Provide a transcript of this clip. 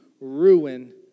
ruin